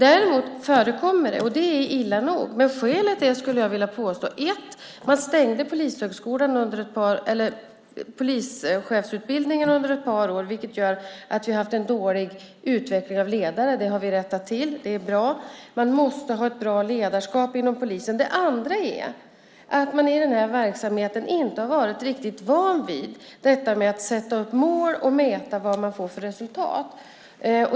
Däremot förekommer det, och det är illa nog. Men skälet är, skulle jag vilja påstå, delvis att man stängde polischefsutbildningarna under ett par år, vilket gör att vi har haft en dålig utveckling av ledare. Det har vi rättat till, och det är bra. Man måste ha ett bra ledarskap inom polisen. Det andra är att man i den här verksamheten inte har varit riktigt van vid detta att sätta upp mål och mäta vad man får för resultat.